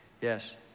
Yes